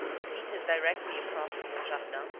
seated directly across from monjardin,